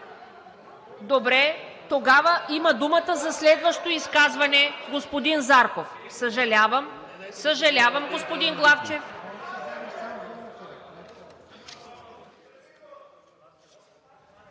Добре, тогава има думата за следващо изказване господин Зарков. Съжалявам, господин Главчев.